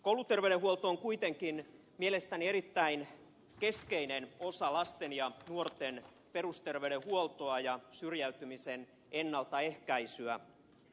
kouluterveydenhuolto on kuitenkin mielestäni erittäin keskeinen osa lasten ja nuorten perusterveydenhuoltoa ja syrjäytymisen ennaltaehkäisyä